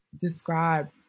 describe